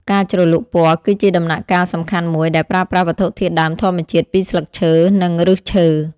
ការជ្រលក់ពណ៌ គឺជាដំណាក់កាលសំខាន់មួយ ដែលប្រើប្រាស់វត្ថុធាតុដើមធម្មជាតិពីស្លឹកឈើ និងឫសឈើ។